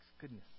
goodness